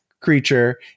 creature